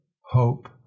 hope